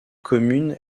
communes